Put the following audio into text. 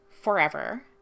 forever